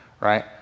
right